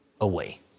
away